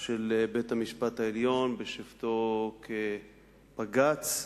של בית-המשפט העליון בשבתו כבג"ץ,